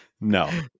No